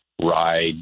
ride